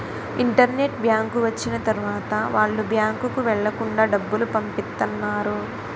internet bank వచ్చిన తర్వాత వాళ్ళు బ్యాంకుకు వెళ్లకుండా డబ్బులు పంపిత్తన్నారు